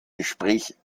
gespräch